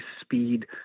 speed